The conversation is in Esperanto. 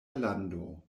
lando